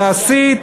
להסית?